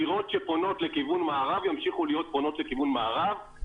דירות שפונות לכיוון מערב ימשיכו לפנות לכיוון מערב.